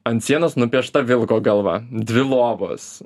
ant sienos nupiešta vilko galva dvi lovos